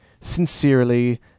Sincerely